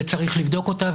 וצריך לבדוק אותה.